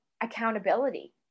accountability